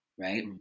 right